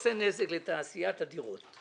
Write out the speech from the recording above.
עושה נזק לתעשיית הדירות?